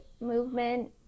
movement